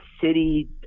city